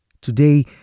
Today